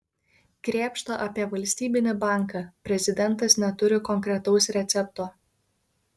krėpšta apie valstybinį banką prezidentas neturi konkretaus recepto